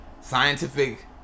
scientific